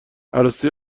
عروسی